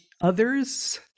others